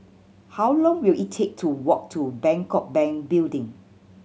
how long will it take to walk to Bangkok Bank Building